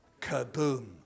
Kaboom